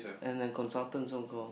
and a consultant so called